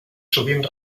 sovint